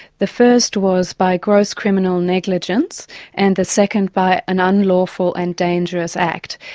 the first was by gross criminal negligence and the second by an unlawful and dangerous act.